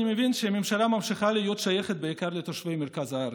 אני מבין שהממשלה ממשיכה להיות שייכת בעיקר לתושבי מרכז הארץ.